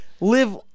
live